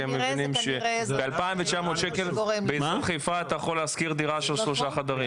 הם מבינים שב-2,900 אתה יכול להשכיר דירה של שלושה חדרים.